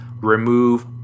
remove